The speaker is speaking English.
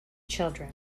children